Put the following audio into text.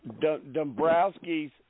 Dombrowski's